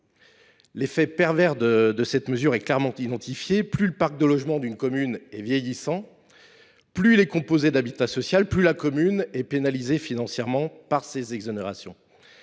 L’effet pervers de cette mesure est clairement identifié : plus le parc de logements d’une commune est vieillissant, plus il est composé d’habitat social, plus la commune est pénalisée financièrement par ces exonérations.